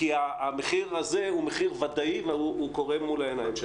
המחיר הזה הוא מחיר ודאי והוא קורה מול העיניים שלנו.